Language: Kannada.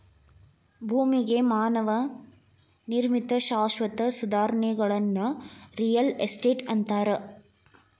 ಭೂಮಿಗೆ ಮಾನವ ನಿರ್ಮಿತ ಶಾಶ್ವತ ಸುಧಾರಣೆಗಳನ್ನ ರಿಯಲ್ ಎಸ್ಟೇಟ್ ಅಂತಾರ